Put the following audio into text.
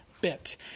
bit